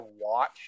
watch